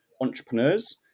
entrepreneurs